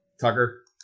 Tucker